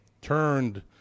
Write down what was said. turned